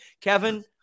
Kevin